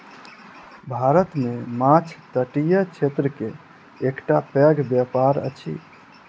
भारत मे माँछ तटीय क्षेत्र के एकटा पैघ व्यापार अछि